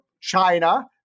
China